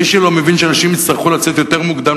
מי שלא מבין שאנשים יצטרכו לצאת מוקדם